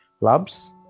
labs